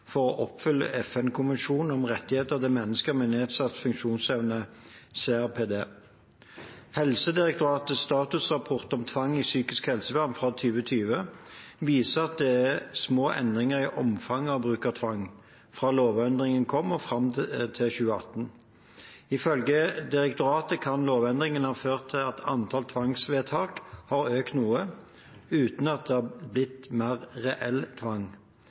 for å oppfylle FN-konvensjonen om rettigheter til mennesker med nedsatt funksjonsevne, CRPD. Helsedirektoratets statusrapport om tvang i psykisk helsevern fra 2020 viser at det er små endringer i omfanget av bruk av tvang fra lovendringen kom og fram til 2018. Ifølge direktoratet kan lovendringen ha ført til at antall tvangsvedtak har økt noe, uten at det har blitt mer reell tvang.